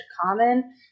common